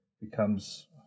becomes